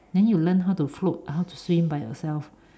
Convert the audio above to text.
then you learn how to float how to swim by yourself